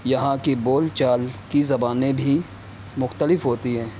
یہاں کی بول چال کی زبانیں بھی مختلف ہوتی ہیں